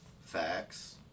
facts